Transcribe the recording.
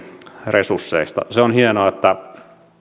resursseista se on hienoa että